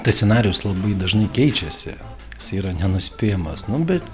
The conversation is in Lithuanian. tas scenarijus labai dažnai keičiasi jisai yra nenuspėjamas nu bet